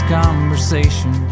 conversation